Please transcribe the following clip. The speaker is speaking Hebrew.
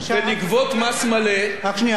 ספסלי קדימה, בבקשה להירגע.